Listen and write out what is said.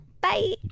Bye